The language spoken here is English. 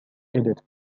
edit